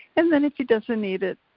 and then if he doesn't eat it,